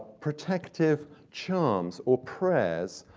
protective charms or prayers,